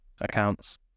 accounts